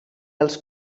els